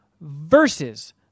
versus